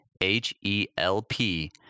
H-E-L-P